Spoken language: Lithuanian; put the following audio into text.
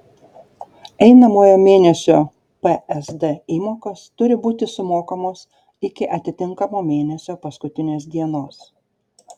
einamojo mėnesio psd įmokos turi būti sumokamos iki atitinkamo mėnesio paskutinės dienos